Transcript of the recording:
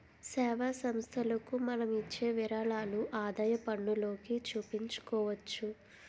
సేవా సంస్థలకు మనం ఇచ్చే విరాళాలు ఆదాయపన్నులోకి చూపించుకోవచ్చు